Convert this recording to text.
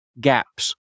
gaps